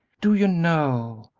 do you know,